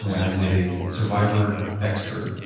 as a survivor expert,